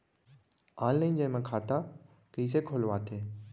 Online जेमा खाता कइसे खोलवाथे?